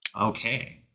Okay